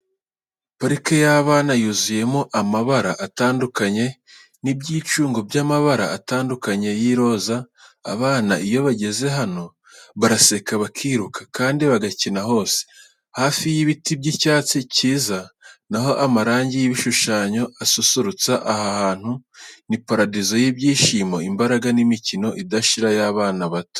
Parike y’abana yuzuyemo amabara atandukanye n'ibyicungo by'amabara atandukanye y'iroza. Abana iyo bageze hano baraseka, bakiruka, kandi bagakina hose. Hafite ibiti by'icyatsi byiza, na ho amarangi y’ibishushanyo asusurutsa aha hantu. Ni paradizo y’ibyishimo, imbaraga, n’imikino idashira y'abana bato.